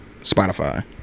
Spotify